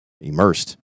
immersed